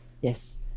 Yes